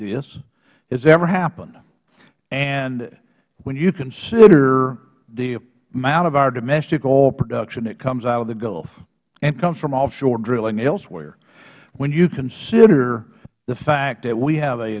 this has ever happened and when you consider the amount of our domestic oil production that comes out of the gulf and comes from offshore drilling elsewhere when you consider the fact that we have a